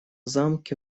замке